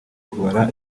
kubara